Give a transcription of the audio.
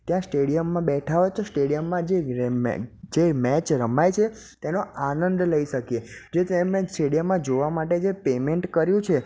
ત્યાં સ્ટેડિયમમાં બેઠા હો તો સ્ટેડિયમમાં જે જે મેચ રમાય છે તેનો આનંદ લઈ શકીએ જેથી એ મેચ સ્ટેડિયમમાં જોવા માટે જે પેમેન્ટ કર્યું છે